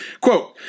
quote